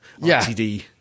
RTD